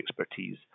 expertise